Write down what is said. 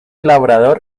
labrador